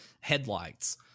headlights